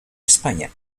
españa